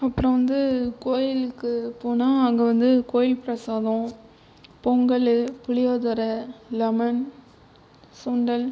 அப்புறம் வந்து கோயிலுக்கு போனால் அங்கே வந்து கோயில் பிரசாதம் பொங்கல் புளியோதரை லெமன் சுண்டல்